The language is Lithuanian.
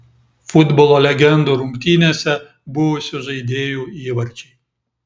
futbolo legendų rungtynėse buvusių žaidėjų įvarčiai